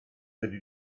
ydy